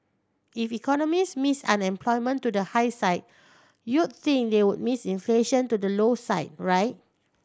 if economists missed unemployment to the high side you'd think they would miss inflation to the low side right